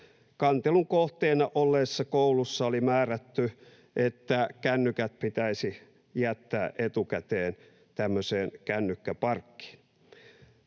kantelun kohteena olleessa koulussa oli määrätty, että kännykät pitäisi jättää etukäteen tämmöiseen kännykkäparkkiin.